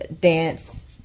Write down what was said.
dance